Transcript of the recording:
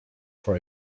for